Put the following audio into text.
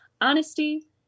honesty